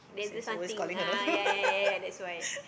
he's always calling her